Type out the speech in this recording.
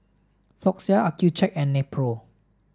Floxia Accucheck and Nepro